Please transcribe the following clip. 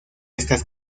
estas